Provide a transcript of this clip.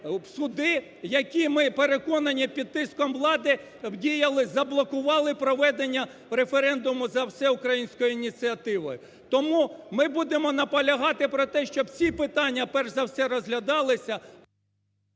суди, які, ми переконані, під тиском влади діяли, заблокували проведення референдуму за всеукраїнською ініціативою. Тому ми будемо наполягати про те, щоб ці питання перш за все розглядалися…